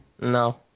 No